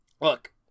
look